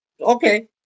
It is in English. okay